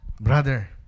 Brother